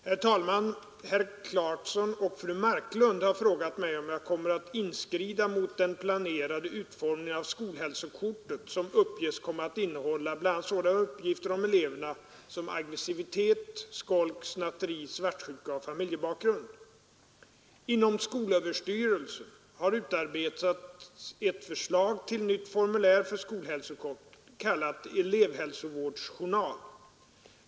Herr talman! Herr Clarkson och fru Marklund har frågat mig om jag kommer att inskrida mot den planerade utformningen av skolhälsokortet, som uppges komma att innehålla bl.a. sådana uppgifter om eleverna som aggressivitet, skolk, snatteri, svartsjuka och familjebakgrund. Inom skolöverstyrelsen har utarbetats ett förslag till nytt formulär för skolhälsokort, kallat elevhälsovårdsjournal.